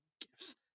Gifts